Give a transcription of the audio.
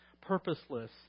purposeless